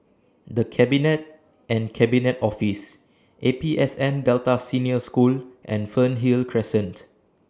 The Cabinet and Cabinet Office A P S N Delta Senior School and Fernhill Crescent